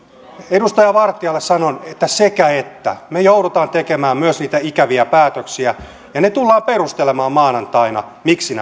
edustaja vartialle sanon että sekä että me joudumme tekemään myös niitä ikäviä päätöksiä ja se tullaan perustelemaan maanantaina miksi